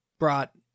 Brought